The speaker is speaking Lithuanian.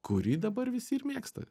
kurį dabar visi ir mėgsta